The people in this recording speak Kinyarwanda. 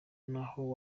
naho